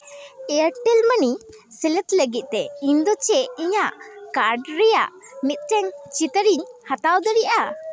Airtel ᱢᱟᱹᱱᱤ ᱥᱮᱞᱮᱫ ᱞᱟᱹᱜᱤᱫ ᱛᱮ ᱤᱧᱫᱚ ᱪᱮᱫ ᱤᱧᱟᱹᱜ ᱠᱟᱨᱰ ᱨᱮᱭᱟᱜ ᱢᱤᱫᱴᱮᱱ ᱪᱤᱛᱟᱹᱨ ᱤᱧ ᱦᱟᱛᱟᱣ ᱫᱟᱲᱮᱭᱟᱜᱼᱟ